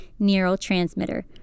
neurotransmitter